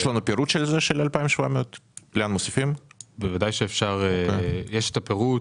יש להם רווחים, יש להם הוצאות מימון,